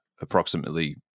approximately